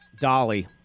Dolly